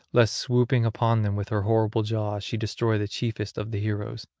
lest swooping upon them with her horrible jaws she destroy the chiefest of the heroes.